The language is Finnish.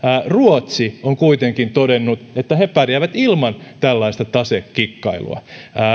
ruotsi on kuitenkin todennut että he pärjäävät ilman tällaista tasekikkailua